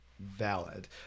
valid